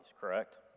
correct